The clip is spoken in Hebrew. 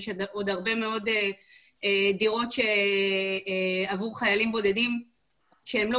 יש עוד הרבה מאוד דירות עבור חיילים בודדים שהם לא